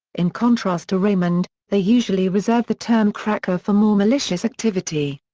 in contrast to raymond, they usually reserve the term cracker for more malicious activity.